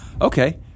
okay